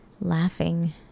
laughing